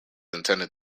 intended